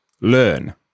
learn